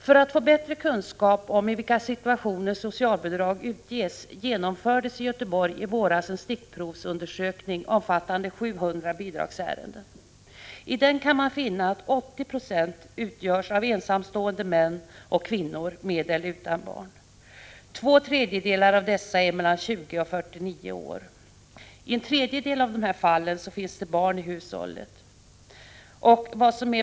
För att få bättre kunskap om i vilka situationer socialbidrag utges genomfördes i Göteborg i våras en stickprovsundersökning omfattande 700 bidragsärenden. I den finner man att 80 96 utgörs av ensamstående män och kvinnor, med eller utan barn. Två tredjedelar av dessa är mellan 20 och 49 år. I en tredjedel av fallen finns det barn i hushållet.